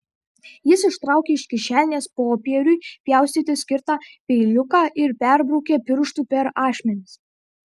jis ištraukė iš kišenės popieriui pjaustyti skirtą peiliuką ir perbraukė pirštu per ašmenis